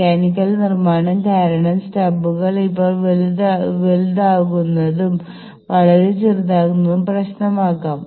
mechanical നിർമ്മാണം കാരണം സ്റ്റബ്കൾ ഇപ്പോൾ വലുതാകുന്നതും വളരെ ചെറുതാകുന്നതും പ്രശ്നമാകാം